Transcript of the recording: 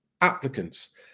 applicants